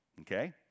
Okay